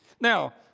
Now